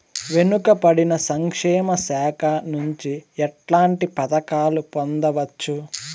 వెనుక పడిన సంక్షేమ శాఖ నుంచి ఎట్లాంటి పథకాలు పొందవచ్చు?